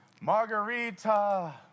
Margarita